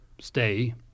stay